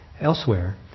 elsewhere